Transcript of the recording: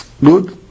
Good